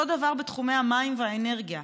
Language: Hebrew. אותו דבר בתחומי המים והאנרגיה.